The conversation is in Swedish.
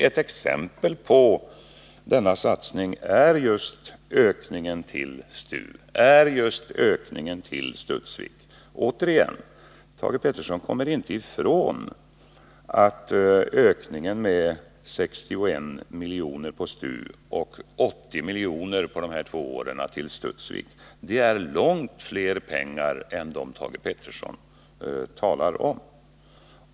Ett exempel på sådana satsningar är just ökningen till STU och Studsvik. Återigen: Thage Peterson kommer inte ifrån att ökningen med 61 miljoner till STU och 80 miljoner på de här två åren till Studsvik är långt mer pengar än vad han talar om.